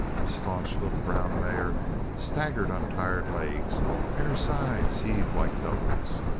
the staunch little brown mare staggered on tired legs and her sides heaved like bellows.